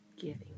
Giving